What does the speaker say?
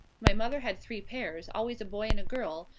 my mother had three pairs, always a boy and a girl,